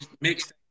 mixed